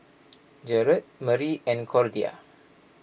Jared Marie and Cordia